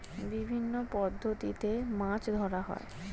বিভিন্ন পদ্ধতিতে মাছ ধরা হয়